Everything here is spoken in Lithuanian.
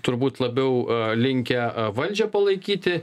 turbūt labiau linkę valdžią palaikyti